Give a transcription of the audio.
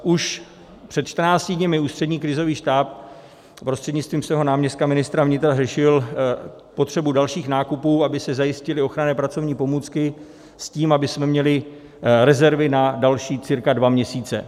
Už před čtrnácti dny Ústřední krizový štáb prostřednictvím svého náměstka ministra vnitra řešil potřebu dalších nákupů, aby se zajistily ochranné pracovní pomůcky, s tím, abychom měli rezervy na další cca dva měsíce.